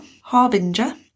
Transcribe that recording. Harbinger